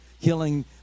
killing